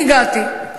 כשאני הגעתי,